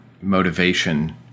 motivation